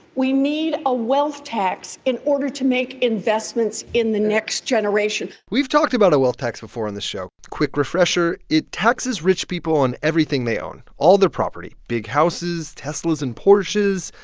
we need a wealth tax in order to make investments in the next generation we've talked about a wealth tax before on the show. quick refresher. it taxes rich people on everything they own all their property, big houses, teslas and porsches,